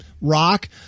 rock